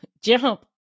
jump